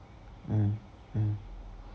mm